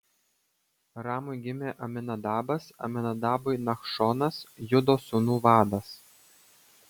ramui gimė aminadabas aminadabui nachšonas judo sūnų vadas